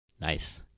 Nice